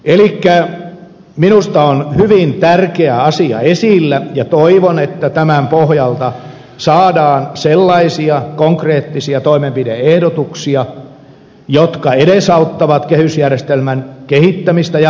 elikkä minusta hyvin tärkeä asia on esillä ja toivon että tämän pohjalta saadaan sellaisia konkreettisia toimenpide ehdotuksia jotka edesauttavat kehysjärjestelmän kehittämistä jatkossa